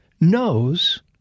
knows